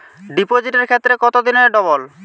ডিপোজিটের ক্ষেত্রে কত দিনে ডবল?